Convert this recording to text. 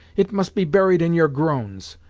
it must be buried in your groans.